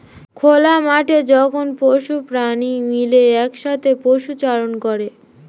খোলা মাঠে যখন পশু প্রাণী মিলে একসাথে পশুচারণ করে